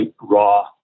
raw